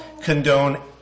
condone